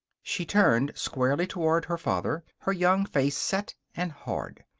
she turned squarely toward her father, her young face set and hard.